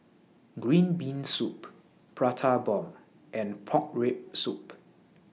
Green Bean Soup Prata Bomb and Pork Rib Soup